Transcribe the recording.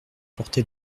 porté